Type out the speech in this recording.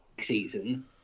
Season